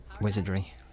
wizardry